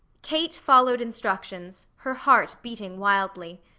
kate followed instructions, her heart beating wildly.